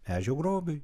ežio grobiui